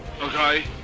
Okay